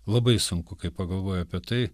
labai sunku kai pagalvoju apie tai